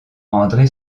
andré